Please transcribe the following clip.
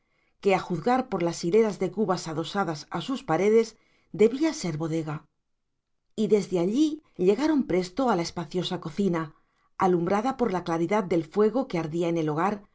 que a juzgar por las hileras de cubas adosadas a sus paredes debía ser bodega y desde allí llegaron presto a la espaciosa cocina alumbrada por la claridad del fuego que ardía en el hogar